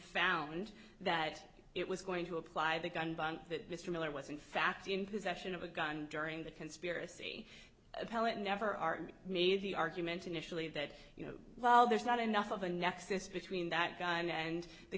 found that it was going to apply the gun that mr miller was in fact in possession of a gun during the conspiracy appellant never made the argument initially that you know well there's not enough of a nexus between that gun and the